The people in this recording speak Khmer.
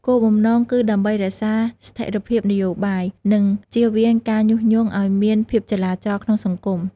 គោលបំណងគឺដើម្បីរក្សាស្ថិរភាពនយោបាយ និងជៀសវាងការញុះញង់ឱ្យមានភាពចលាចលក្នុងសង្គម។